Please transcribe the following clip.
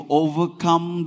overcome